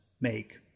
make